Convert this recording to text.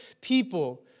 people